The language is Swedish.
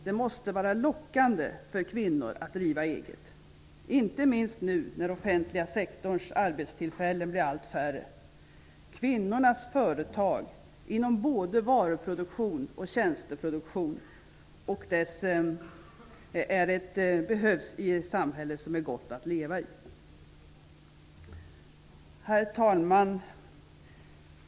Det måste också vara lockande för kvinnor att driva eget -- inte minst nu när offentliga sektorns arbetstillfällen blir allt färre. Kvinnornas företag inom både varuproduktion och tjänsteproduktion behövs i ett samhälle som det är gott att leva i. Herr talman!